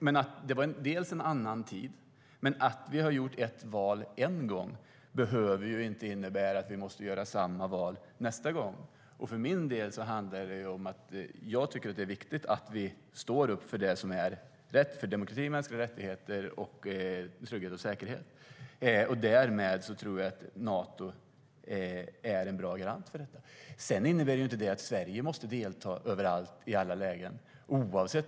Men det var en annan tid, och att vi har gjort ett val en gång behöver inte innebära att vi måste göra samma val nästa gång. Sedan innebär inte det att Sverige måste delta överallt i alla lägen.